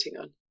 on